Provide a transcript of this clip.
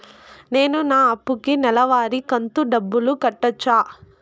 నేను నా అప్పుకి నెలవారి కంతు డబ్బులు కట్టొచ్చా?